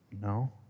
No